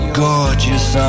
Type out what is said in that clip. gorgeous